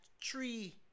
tree